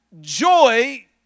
joy